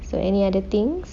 so any other things